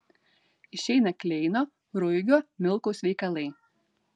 išeina kleino ruigio milkaus veikalai